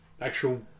actual